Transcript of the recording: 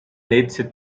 netze